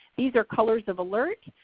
these are colors of alert.